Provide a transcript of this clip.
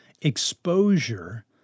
Exposure